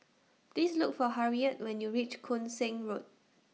Please Look For Harriett when YOU REACH Koon Seng Road